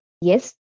yes